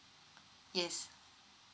yes